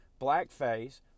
blackface